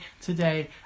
today